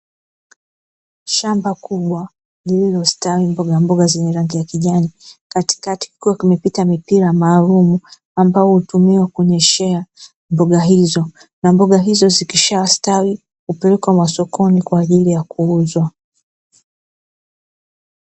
Shamba kubwa lililostawi mbogamboga zenye rangi ya kijani, katikati kukiwa kumepita mipira maalumu ambao utumia kunyeshea mboga hizo, na mboga hizo zikishastawi upelekwa masokoni kwa ajili ya kuuzwa.